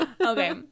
okay